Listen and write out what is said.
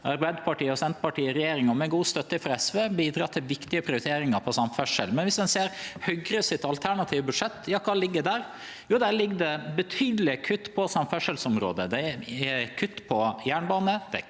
Arbeidarpartiet og Senterpartiet i regjering, med god støtte frå SV, bidreg til viktige prioriteringar innan samferdsel. Men viss ein ser på Høgres alternative budsjett – kva ligg det der? Jo, der ligg det betydelege kutt på samferdselsområdet: Det er kutt på jernbane, det er kutt på veg, det